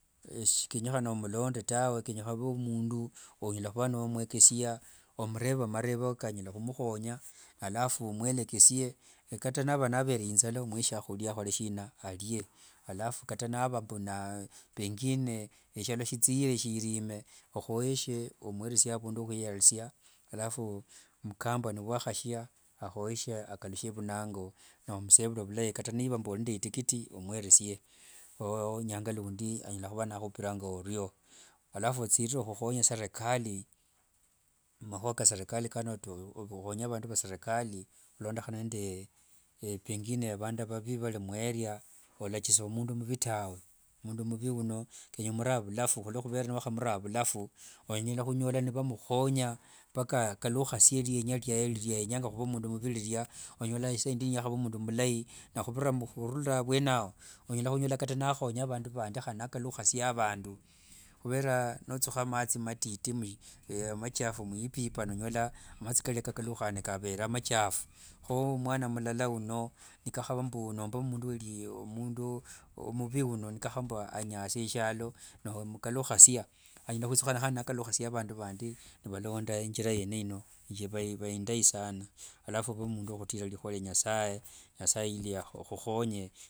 Shikenyekhana omulonde tawe kenyekhana ove mundu winyala khuva nomwekesia, omureve marevo konyala khumukhonya alafu omwelekesie nikata navere inzala omwe shiakhuria, alafu kata nava mbu pengine shialo shithire sirime okhoyeshe omweresie avundu wa khwiyarisia alafu mukamba nivwakhashia akhoyeshe akalukhe nango nomusevule vulai kata niva mbu iriende itikiti omweresie kho nyanga lundi anyala khuva nakhupiranga oryo, alafu othirire khukhonya serikali makhuwa kaserikali kano okhonye vandu va serikali, khulondokhana nde pengine vandu vavi vari muyerea, olakisa mundu muvi tawe, mundu muvi uno kenya omure avulafu khuluokhuvera niwakhamura avulafu, walanyola khunyola nivamukhonya, paka akalukhasie rienya riaye riayenyanga khuva mundu muviri riria, onyola isa indi niyakhava mundu mulai, nakhuvera mbu khururira avuene ao, anyala khunyola kata nakhonya vandu vandi nakalukhasia avandu, khuvera nothukha mathi machafu matitu mwipipa, nonyola mathi karia kakalukhane kavere machafu kho mwana mulala uno, nikakhava mbu nomba mundu muvi uno, nikakhava mbu anyasia shialo nomukalukhasia anyala khwithukhanira nakalusie vandu vandi nivalonda injira yene ino, shiva indai ndai sana. Alafu ove mundu wa khutira likhua lia nasaye, nasaye ili akhukhonye.